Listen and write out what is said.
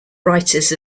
writers